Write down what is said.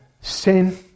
sin